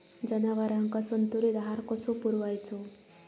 जनावरांका संतुलित आहार कसो पुरवायचो?